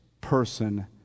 person